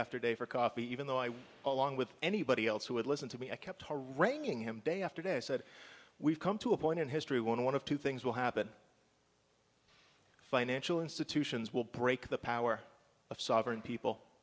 after day for coffee even though i was along with anybody else who would listen to me i kept a reining him day after day said we've come to a point in history one of two things will happen financial institutions will break the power of sovereign people